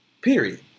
Period